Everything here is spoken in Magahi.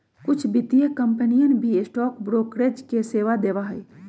कुछ वित्तीय कंपनियन भी स्टॉक ब्रोकरेज के सेवा देवा हई